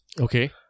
Okay